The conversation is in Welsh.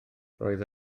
roedd